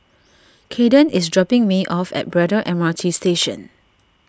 Kayden is dropping me off at Braddell M R T Station